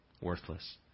Worthless